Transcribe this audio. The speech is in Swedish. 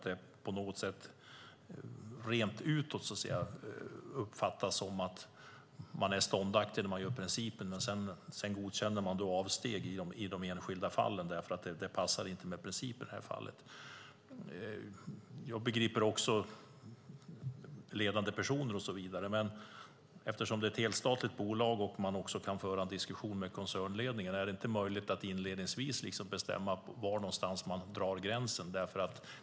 Det uppfattas på något sätt utåt som att man är ståndaktig när man gör principen. Men sedan godkänner man avsteg i det enskilda fallet eftersom det inte passar med principen. Jag begriper hur man resonerar om ledande personer och så vidare. Eftersom det är ett helstatligt bolag och man kan föra en diskussion med koncernledning, är det inte möjligt att inledningsvis bestämma var man drar gränsen?